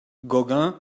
gauguin